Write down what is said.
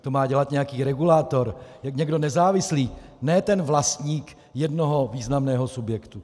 To má dělat nějaký regulátor, někdo nezávislý, ne ten vlastník jednoho významného subjektu.